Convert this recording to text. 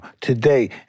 today